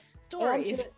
stories